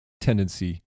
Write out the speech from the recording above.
tendency